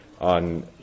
on